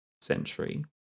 century